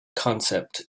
concept